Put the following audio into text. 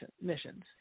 missions